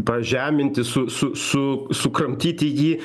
pažeminti su su su sukramtyti jį